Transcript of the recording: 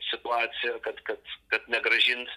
situacijoje kad kad kad negrąžins